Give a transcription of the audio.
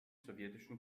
sowjetischen